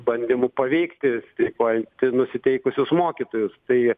bandymu paveikti streikuoti nusiteikusius mokytojus tai